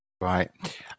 Right